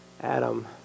Adam